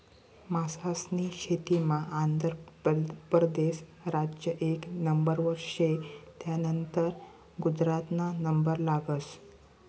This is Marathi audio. मासास्नी शेतीमा आंध्र परदेस राज्य एक नंबरवर शे, त्यानंतर गुजरातना नंबर लागस